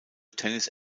tennis